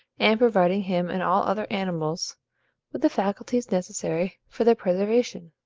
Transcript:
and providing him and all other animals with the faculties necessary for their preservation.